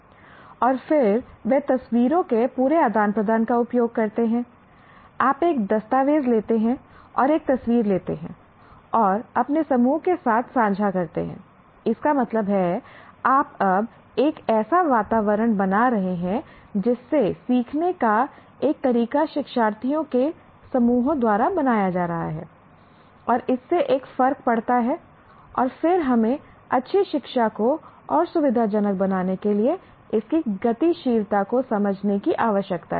और फिर वे तस्वीरों के पूरे आदान प्रदान का उपयोग करते हैं आप एक दस्तावेज़ लेते हैं और एक तस्वीर लेते हैं और अपने समूह के साथ साझा करते हैं इसका मतलब है आप अब एक ऐसा वातावरण बना रहे हैं जिससे सीखने का एक तरीका शिक्षार्थियों के समूहों द्वारा बनाया जा रहा है और इससे एक फर्क पड़ता है और फिर हमें अच्छी शिक्षा को और सुविधाजनक बनाने के लिए इस की गतिशीलता को समझने की आवश्यकता है